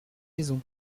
maison